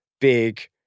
big